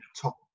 top